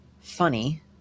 funny